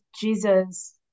Jesus